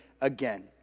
again